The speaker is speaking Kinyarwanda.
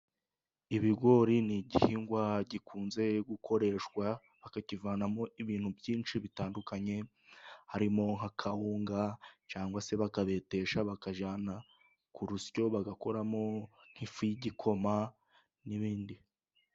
Ibigori ni igihingwa gikunze gukoreshwa， bakakivanamo ibintu byinshi bitandukanye. Harimo nk'akawunga，cyangwa se bakabetesha， bakajya ku rusyo， bagakoramo nk'ifu y'igikoma n'ibindi.